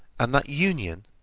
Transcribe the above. and that union,